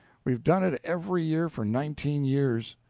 we've done it every year for nineteen years.